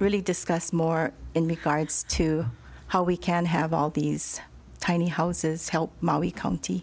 really discuss more in the cards to how we can have all these tiny houses help mali county